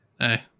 Hey